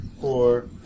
four